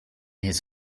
his